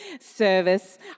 service